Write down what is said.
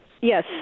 Yes